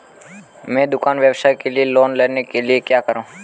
मैं दुकान व्यवसाय के लिए लोंन लेने के लिए क्या करूं?